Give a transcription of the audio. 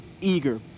eager